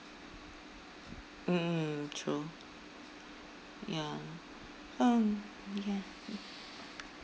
mm mm mm true ya hmm ya